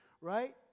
right